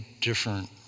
different